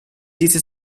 diese